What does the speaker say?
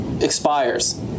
expires